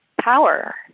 power